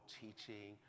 teaching